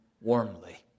warmly